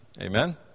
Amen